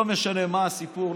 לא משנה מה הסיפור,